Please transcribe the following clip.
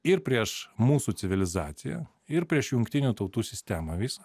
ir prieš mūsų civilizaciją ir prieš jungtinių tautų sistemą visą